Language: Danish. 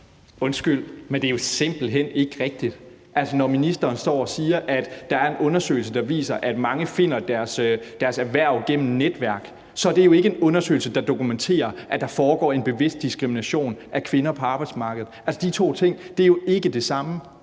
Undskyld, men det er jo simpelt hen ikke rigtigt. Altså, når ministeren står og siger, at der er en undersøgelse, der viser, at mange finder deres erhverv gennem netværk, så er det jo ikke en undersøgelse, der dokumenterer, at der foregår en bevidst diskrimination af kvinder på arbejdsmarkedet. De to ting er jo ikke det samme;